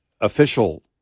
official